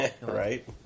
Right